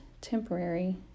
temporary